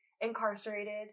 incarcerated